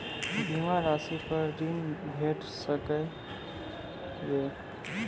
बीमा रासि पर ॠण भेट सकै ये?